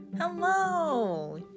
Hello